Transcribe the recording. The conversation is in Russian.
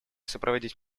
сопроводить